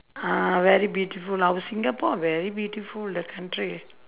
ah very beautiful our singapore very beautiful the country